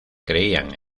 creían